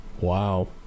Wow